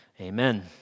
amen